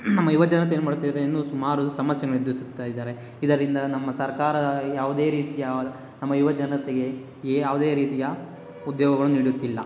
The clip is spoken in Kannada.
ನಮ್ಮ ಯುವಜನತೆ ಏನು ಮಾಡುತ್ತಿದೆ ಇನ್ನೂ ಸುಮಾರು ಸಮಸ್ಯೆಗಳನ್ನು ಎದುರಿಸುತ್ತಾ ಇದ್ದಾರೆ ಇದರಿಂದ ನಮ್ಮ ಸರ್ಕಾರ ಯಾವುದೇ ರೀತಿಯ ನಮ್ಮ ಯುವಜನತೆಗೆ ಏ ಯಾವುದೇ ರೀತಿಯ ಉದ್ಯೋಗವನ್ನು ನೀಡುತ್ತಿಲ್ಲ